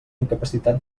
incapacitat